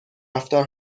رفتار